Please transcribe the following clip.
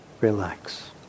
relax